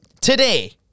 today